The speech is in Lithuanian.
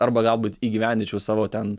arba galbūt įgyvendinčiau savo ten